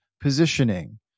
positioning